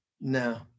No